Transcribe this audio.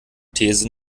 these